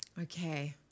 okay